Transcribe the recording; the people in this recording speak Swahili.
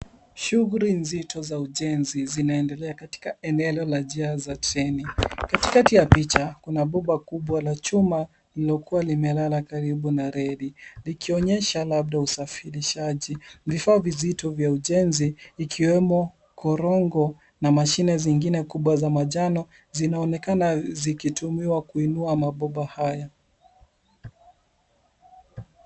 Shughuli nzito za ujenzi zinaendelea katika eneleo la njia za treni. Katikati ya picha, kuna bomba kubwa la chuma lililokuwa limelala karibu na reli, likionyesha labda usafirishaji. Vifaa vizito vya ujenzi, ikiwemo korongo na mashine zingine kubwa za majano, zinaonekana zikitumiwa kuinua mbomba haya.